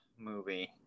movie